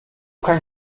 kein